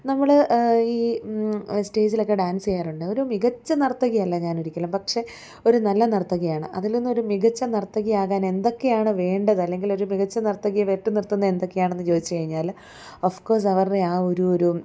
നമ്മള് ഈ സ്റ്റേജിലൊക്കെ ഡാൻസ് ചെയ്യാറുണ്ട് ഒരു മികച്ച നർത്തകി അല്ല ഞാനൊരിക്കലും പക്ഷെ ഒരു നല്ല നർത്തകിയാണ് അതിൽ നിന്നൊരു മികച്ച നർത്തകിയാകാൻ എന്തൊക്കെയാണ് വേണ്ടത് അല്ലെങ്കിലൊരു മികച്ച നർത്തകിയെ വെട്ടി നിർത്തുന്നത് എന്തൊക്കെയാണെന്ന് ചോദിച്ചുകഴിഞ്ഞാല് ഒഫ്കോഴ്സ് അവരുടെ ആ ഒരു ഒരു